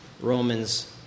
Romans